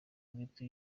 bwite